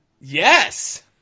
Yes